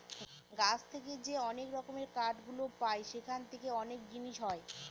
গাছ থেকে যে অনেক রকমের কাঠ গুলো পায় সেখান থেকে অনেক জিনিস হয়